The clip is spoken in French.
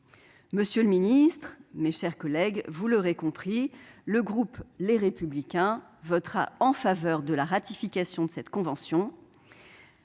Monsieur le secrétaire d'État, mes chers collègues, vous l'aurez compris, le groupe Les Républicains votera en faveur de la ratification de cette convention.